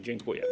Dziękuję.